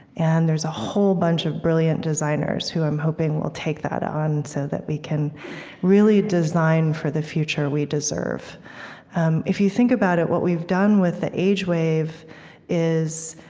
and there's a whole bunch of brilliant designers who i'm hoping will take that on so that we can really design for the future we deserve um if you think about it, what we've done with the age wave is,